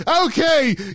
okay